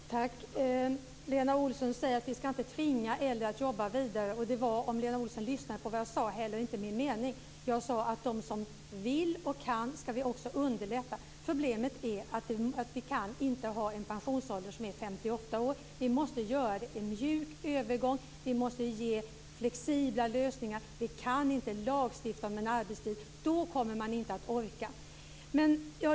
Herr talman! Lena Olsson säger att vi inte ska tvinga äldre att jobba vidare. Det var, om Lena Olsson lyssnade på vad jag sade, inte heller min mening. Jag sade att de som vill och kan ska vi underlätta för. Problemet är att vi inte kan ha en pensionsålder som är 58 år. Vi måste få en mjuk övergång. Vi måste ge flexibla lösningar. Vi kan inte lagstifta om en arbetstid. Då kommer man inte att orka.